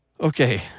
Okay